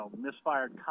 misfired